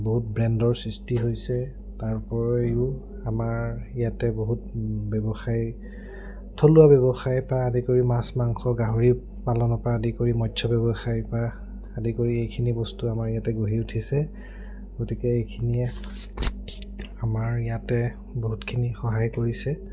বহুত ব্ৰেণ্ডৰ সৃষ্টি হৈছে তাৰ উপৰিও আমাৰ ইয়াতে বহুত ব্যৱসায় থলুৱা ব্যৱসায়ৰপৰা আদি কৰি মাছ মাংস গাহৰি পালনৰপৰা আদি কৰি মৎস্য ব্যৱসায়ৰপৰা আদি কৰি এইখিনি বস্তু আমাৰ ইয়াতে গঢ়ি উঠিছে গতিকে এইখিনিয়ে আমাৰ ইয়াতে বহুতখিনি সহায় কৰিছে